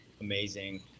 amazing